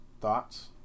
Thoughts